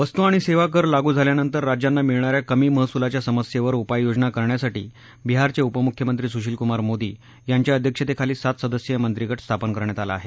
वस्तू आणि सेवा कर लागू झाल्यानंतर राज्यांना मिळणा या कमी महसुलाच्या समस्येवर उपाययोजना करण्यासाठी बिहारचे उपमुख्यमंत्री सुशीलकुमार मोदी यांच्या अध्यक्षतेखाली सात सदस्यीय मंत्रीगट स्थापन करण्यात आला आहे